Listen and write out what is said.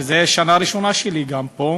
וזו גם השנה הראשונה שלי פה.